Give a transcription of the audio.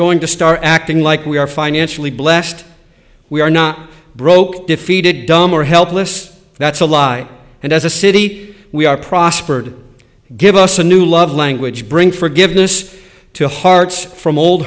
going to start acting like we are financially blessed we are not broke defeated dumb or helpless that's a lie and as a city we are prospered give us a new love language bring forgiveness to hearts from old